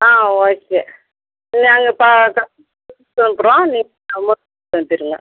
ஆ okay நாங்கள் பார்த்து சொல்கிறோம் நீங்கள் அமௌண்ட் கொடுத்தனுப்பிருங்க